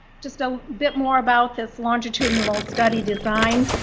just a bit more about this longitudinal study design,